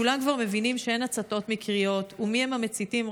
כולם כבר מבינים שאין הצתות מקריות ומיהם המציתים,